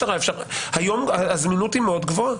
היום הזמינות היא מאוד גבוהה.